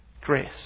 grace